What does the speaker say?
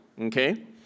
Okay